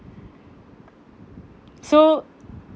so